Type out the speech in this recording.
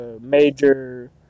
major